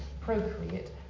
procreate